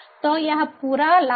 तो यह पूरा लाभ है